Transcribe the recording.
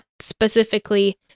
specifically